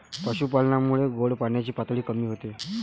पशुपालनामुळे गोड पाण्याची पातळी कमी होते